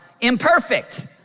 imperfect